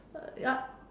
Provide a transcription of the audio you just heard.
uh ya